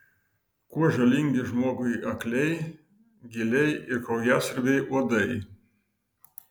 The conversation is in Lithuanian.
kuo žalingi žmogui akliai gyliai ir kraujasiurbiai uodai